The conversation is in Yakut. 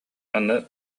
аны